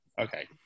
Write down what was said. Okay